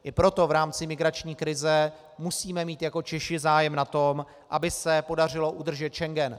I proto v rámci migrační krize musíme mít jako Češi zájem na tom, aby se podařilo udržet Schengen.